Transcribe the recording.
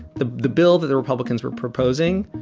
the the bill that the republicans were proposing,